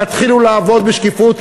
תתחילו לעבוד בשקיפות,